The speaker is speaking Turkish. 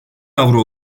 avro